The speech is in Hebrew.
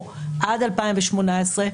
או עד 2018,